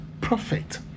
prophet